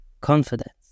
confidence